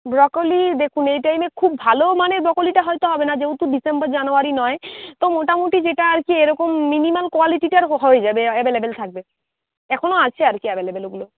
broccoli দেখুন এই টাইমে খুব ভালো মানে ব্রকোলিটা হয়তো হবে না যেহেতু ডিসেম্বর জানুয়ারি নয় তো মোটামুটি যেটা আর কি এরকম মিনিমাম কোয়ালিটিটার হয়ে যাবে অ্যাভেলেবেল থাকবে এখনও আছে আর কি অ্যাভেলেবেল ওগুলো